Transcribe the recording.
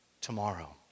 tomorrow